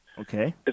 Okay